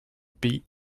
pays